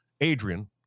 Adrian